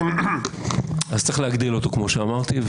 צריך להגדילו כפי שאמרתי.